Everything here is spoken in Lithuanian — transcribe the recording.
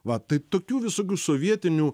va tai tokių visokių sovietinių